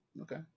okay